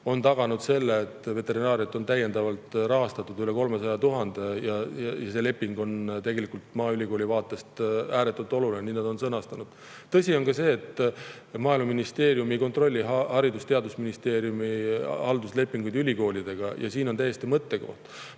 on taganud selle, et veterinaariat on täiendavalt rahastatud üle 300 000 [euroga]. See leping on maaülikooli vaatest ääretult oluline, nii nad on seda sõnastanud. Tõsi on ka see, et maaeluministeerium ei kontrolli Haridus‑ ja Teadusministeeriumi halduslepinguid ülikoolidega. Ja siin on täiesti mõttekoht.